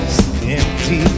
empty